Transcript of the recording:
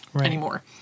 anymore